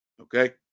Okay